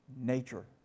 nature